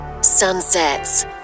Sunsets